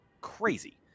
crazy